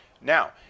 now